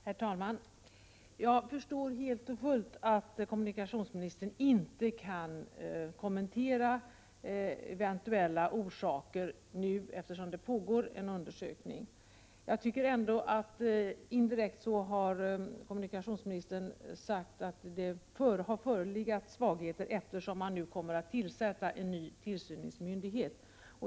Herr talman! Jag förstår helt och fullt att kommunikationsministern inte kan kommentera eventuella orsaker nu, eftersom det pågår en undersökning. Jag tycker ändå att kommunikationsministern indirekt har sagt att det förelegat svagheter, eftersom det kommer att tillsättas en ny tillsynsmyndighet.